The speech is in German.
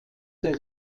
der